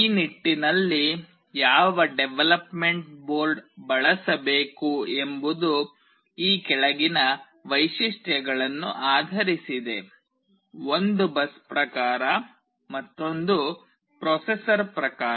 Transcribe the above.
ಆ ನಿಟ್ಟಿನಲ್ಲಿ ಯಾವ ಡೆವಲಪ್ಮೆಂಟ್ ಬೋರ್ಡ್ ಬಳಸಬೇಕು ಎಂಬುದು ಈ ಕೆಳಗಿನ ವೈಶಿಷ್ಟ್ಯಗಳನ್ನು ಆಧರಿಸಿದೆ ಒಂದು ಬಸ್ ಪ್ರಕಾರ ಮತ್ತೊಂದು ಪ್ರೊಸೆಸರ್ ಪ್ರಕಾರ